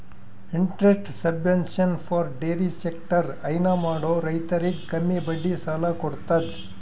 interest subvention for dairy sector ಹೈನಾ ಮಾಡೋ ರೈತರಿಗ್ ಕಮ್ಮಿ ಬಡ್ಡಿ ಸಾಲಾ ಕೊಡತದ್